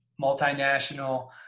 multinational